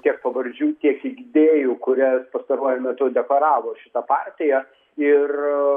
tiek pavardžių tiek idėjų kurias pastaruoju metu deklaravo šita partija ir